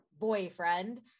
boyfriend